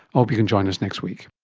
hope you can join us next week